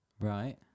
Right